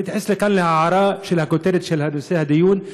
אני אתייחס כאן להערה על הכותרת של נושא הדיון,